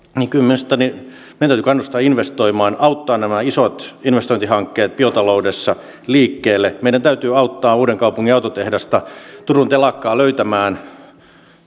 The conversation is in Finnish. kyllä minusta meidän täytyy kannustaa investoimaan auttaa nämä isot investointihankkeet biotaloudessa liikkeelle meidän täytyy auttaa uudenkaupungin autotehdasta ja turun telakkaa löytämään